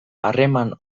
harreman